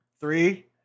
Three